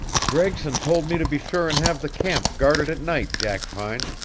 gregson told me to be sure and have the camp guarded at night, jackpine.